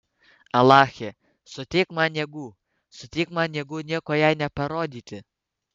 alache suteik man jėgų suteik man jėgų nieko jai neparodyti